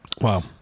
Wow